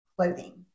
clothing